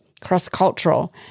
Cross-cultural